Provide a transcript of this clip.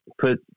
put